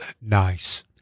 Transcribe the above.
Nice